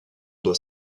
doit